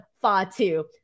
Fatu